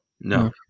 No